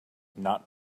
not